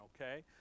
okay